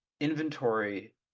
inventory